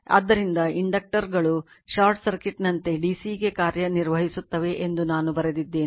ಆದ್ದರಿಂದ ಇಂಡಕ್ಟರ್ಗಳು ಶಾರ್ಟ್ ಸರ್ಕ್ಯೂಟ್ನಂತೆ dc ಗೆ ಕಾರ್ಯನಿರ್ವಹಿಸುತ್ತವೆ ಎಂದು ನಾನು ಬರೆದಿದ್ದೇನೆ